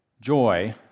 Joy